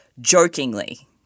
jokingly